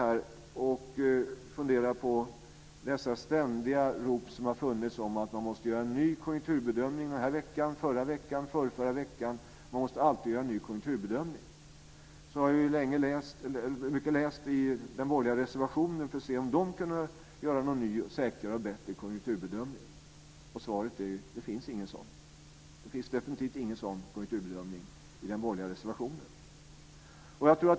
Jag funderar över dessa ständiga rop på att man måste göra en ny konjunkturbedömning. Det hörde vi den här veckan, förra veckan och förrförra veckan. Man måste alltid göra en ny konjunkturbedömning. Jag har läst de borgerligas reservation för att se om de kan göra en ny, säkrare och bättre konjunkturbedömning. Svaret är att det står ingenting om det. Det finns definitivt ingen sådan konjunkturbedömning i den borgerliga reservationen.